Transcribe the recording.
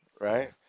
right